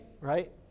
right